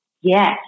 yes